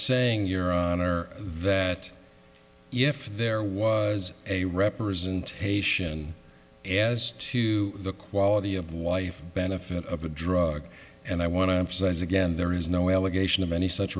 saying your honor that if there was a representation as to the quality of life benefit of a drug and i want to emphasize again there is no allegation of any such